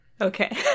Okay